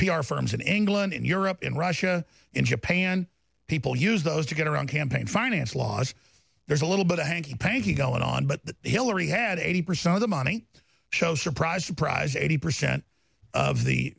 r firms in england in europe in russia in japan people use those to get around campaign finance laws there's a little bit of hanky panky going on but hillary had eighty percent of the money show surprise surprise eighty percent of the